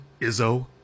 Izzo